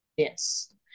Yes